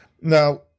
Now